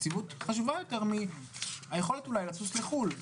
היציבות חשובה יותר מהיכולת לצאת לחו"ל.